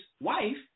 wife